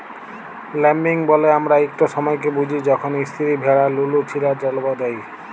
lambing ব্যলে আমরা ইকট সময়কে বুঝি যখল ইস্তিরি ভেড়া লুলু ছিলা জল্ম দেয়